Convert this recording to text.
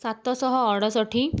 ସାତ ଶହ ଅଠଷଠି